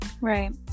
Right